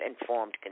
informed